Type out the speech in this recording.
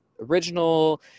original